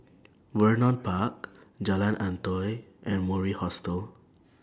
Vernon Park Jalan Antoi and Mori Hostel